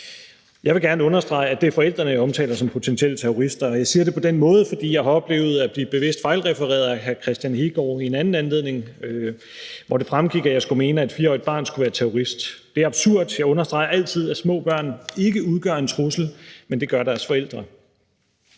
Jeg vil gerne understrege, at det er forældrene, jeg omtaler som potentielle terrorister, og jeg siger det på den måde, fordi jeg har oplevet at blive bevidst fejlrefereret af hr. Kristian Hegaard i en anden anledning, hvor det fremgik, at jeg skulle mene, at et 4-årigt barn skulle være terrorist. Det er absurd. Jeg understreger altid, at små børn ikke udgør en trussel, men det gør deres forældre.